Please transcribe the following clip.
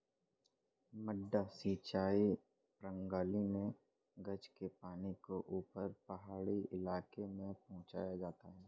मडडा सिंचाई प्रणाली मे गज के पानी को ऊपर पहाड़ी इलाके में पहुंचाया जाता है